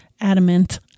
Adamant